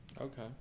Okay